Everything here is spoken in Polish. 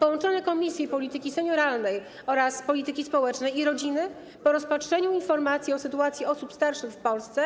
Połączone Komisje Polityki Senioralnej oraz Polityki Społecznej i Rodziny po rozpatrzeniu Informacji o sytuacji osób starszych w Polsce